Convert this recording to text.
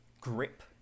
grip